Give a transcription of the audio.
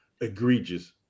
egregious